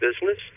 business